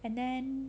and then